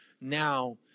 now